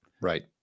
right